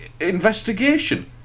investigation